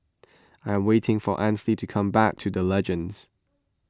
I am waiting for Ansley to come back to the Legends